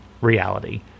reality